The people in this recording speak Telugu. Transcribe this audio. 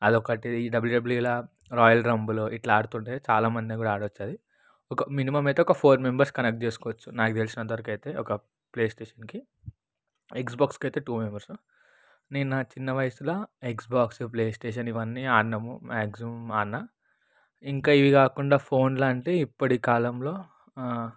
అది ఒకటి డబ్ల్యూడబ్ల్యూఈ ఇలా రాయల్ రంబుల్ ఇట్లా ఆడుతుంటే చాలామంది ఆడుతుండే అది ఒక మినిమం అయితే ఒక ఫోర్ మెంబర్స్ కనెక్ట్ చేసుకోవచ్చు నాకు తెలిసినంతవరకు అయితే ఒక ప్లే స్టేషన్కి ఎక్స్ బాక్స్కి అయితే టూ మెంబర్స్ నేను నా చిన్న వయసులో ఎక్స్ బాక్స్ ప్లేస్టేషన్ ఇవన్నీ ఆడినాము మ్యాక్సిమం ఆడిన ఇంకా ఇవి కాకుండా ఫోన్లో అంటే ఇప్పటికాలంలో